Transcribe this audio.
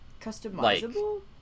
Customizable